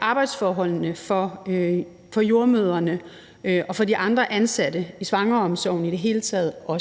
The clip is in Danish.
arbejdsforholdene for jordemødrene og også for de andre ansatte i svangreomsorgen i det hele taget, og